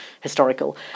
Historical